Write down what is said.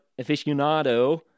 aficionado